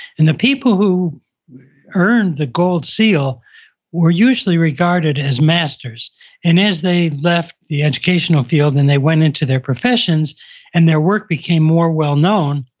and the people who earned the gold seal were usually regarded as masters and as they left the educational field and they went into their professions and their work became more well known,